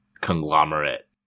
conglomerate